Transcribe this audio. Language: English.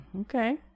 Okay